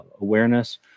awareness